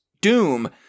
Doom